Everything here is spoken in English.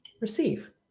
Receive